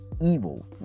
evil